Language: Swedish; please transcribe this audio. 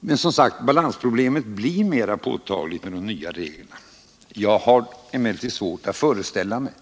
Men, som sagt, balansproblemet blir mera påtagligt med de nya reglerna. Jag har emellertid svårt att föreställa mig